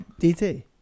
DT